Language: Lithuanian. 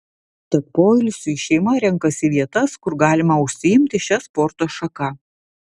tad poilsiui šeima renkasi vietas kur galima užsiimti šia sporto šaka